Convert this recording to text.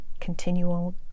continual